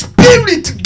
Spirit